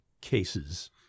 cases